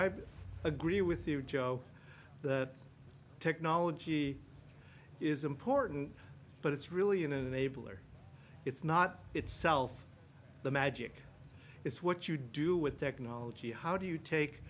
i agree with you joe the technology is important but it's really an enabler it's not itself the magic it's what you do with technology how do you take